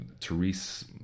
Therese